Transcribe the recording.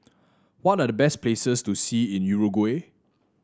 what are the best places to see in Uruguay